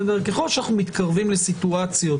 ככל שאנחנו מתקרבים לסיטואציות